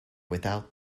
without